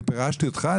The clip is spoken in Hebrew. אני פירשתי אותך?